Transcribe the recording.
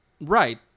Right